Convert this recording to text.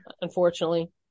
unfortunately